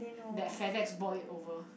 that Fedex bought it over